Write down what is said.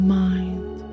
mind